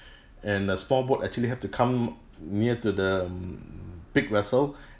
and the small boat actually have to come near to the big vessel